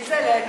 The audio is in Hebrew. מי זה "אלינו"?